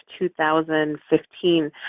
2015